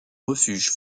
refuge